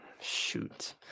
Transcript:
Shoot